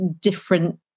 different